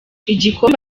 igikombe